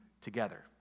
together